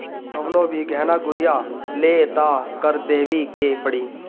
कवनो भी गहना गुरिया लअ तअ कर देवही के पड़ी